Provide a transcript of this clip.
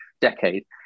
decade